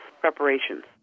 preparations